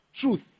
Truth